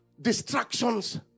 distractions